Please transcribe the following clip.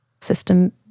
system